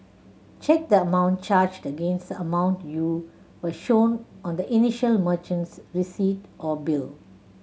check the amount charged against the amount you were shown on the initial merchant's receipt or bill